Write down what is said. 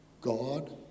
God